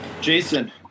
Jason